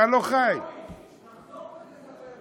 תחזור ותספר לו.